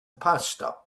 pasta